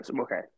okay